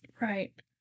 Right